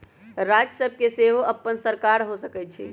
राज्य सभ के सेहो अप्पन सरकार हो सकइ छइ